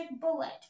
bullet